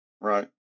Right